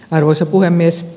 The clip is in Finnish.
arvoisa puhemies